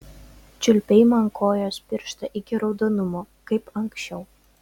čiulpei man kojos pirštą iki raudonumo kaip anksčiau